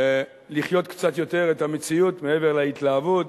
לחיות קצת יותר את המציאות, מעבר להתלהבות.